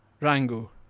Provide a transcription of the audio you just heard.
Rango